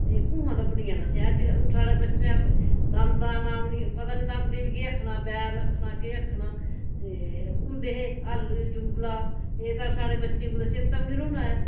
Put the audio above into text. ते कुत्थुआं लभनियां न असें अज्ज हून साढ़े बच्चे दांदा नांऽ बी पता नी दांदे बी केह् आखना बैल आखना केह् आखना ते होंदे हे हल जुंगला एह् तां साढ़े बच्चें गी कुतै चेता बी नी रौह्ना ऐ